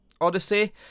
Odyssey